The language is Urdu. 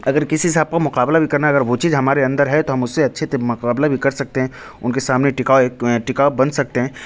اگر کسی سے آپ کو مقابلہ بھی کرنا ہے اگر وہ چیز ہمارے اندر ہے تو ہم اس سے اچھے سے مقابلہ بھی کر سکتے ہیں ان کے سامنے ٹکاؤ ایک ٹکاؤ بن سکتے ہیں